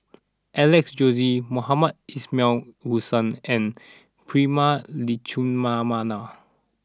Alex Josey Mohamed Ismail Hussain and Prema Letchumanan